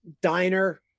Diner